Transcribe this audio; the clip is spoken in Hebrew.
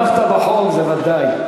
תמכת בחוק, בוודאי.